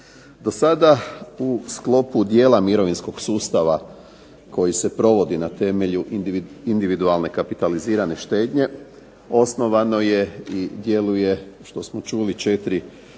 Do sada u sklopu dijela mirovinskog sustava koji se provodi na temelju individualne kapitalizirane štednje osnovano je i djeluje što smo čuli četiri